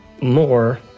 more